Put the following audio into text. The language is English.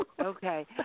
Okay